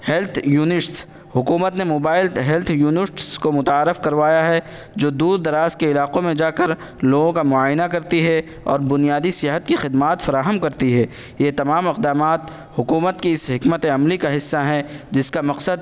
health units حکومت نے mobile health units کو متعارف کروایا ہے جو دور دراز کے علاقوں میں جا کر لوگوں کا معائنہ کرتی ہے اور بنیادی صحت کی خدمات فراہم کرتی ہے یہ تمام اقدامات حکومت کی اس حکمتِ عملی کا حصہ ہیں جس کا مقصد